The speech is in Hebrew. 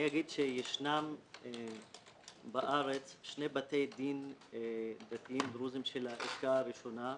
אני אגיד שישנם בארץ שני בתי דין דתיים דרוזיים של הערכאה הראשונה,